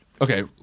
okay